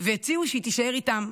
והציעו שהיא תישאר איתם,